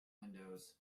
windows